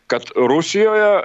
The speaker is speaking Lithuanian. kad rusijoje